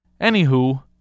Anywho